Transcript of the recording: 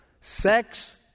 sex